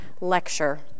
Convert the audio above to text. lecture